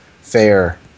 fair